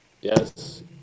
Yes